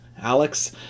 Alex